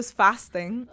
fasting